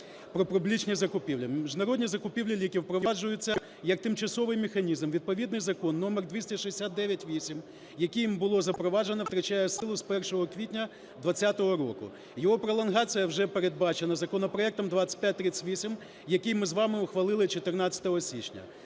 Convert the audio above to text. "Про публічні закупівлі". Міжнародні закупівлі ліків впроваджуються як тимчасовий механізм. Відповідний закон номер 2698, яким було запроваджено, втрачає силу з 1 квітня 2020 року. Його пролонгація вже передбачена законопроектом 2538, який ми з вами ухвалили 14 січня.